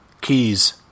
keys